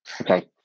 Okay